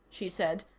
she said.